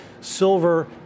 silver